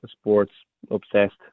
sports-obsessed